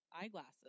eyeglasses